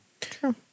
true